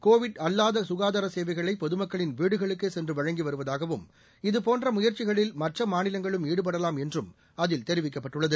Covid அல்லாத சுகாதார சேவைகளை பொதுமக்களின் வீடுகளுக்கே சுசென்று வழங்கி வருவதாகவும் இதுபோன்ற முயற்சிகளில் மற்ற மாநிலங்களும் ஈடுபடலாம் என்றும் அதில் தெரிவிக்கப்பட்டுள்ளது